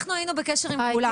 אנחנו היינו בקשר עם כולם.